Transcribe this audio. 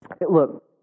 Look